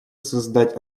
создать